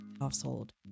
household